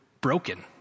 broken